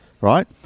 Right